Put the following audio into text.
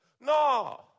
No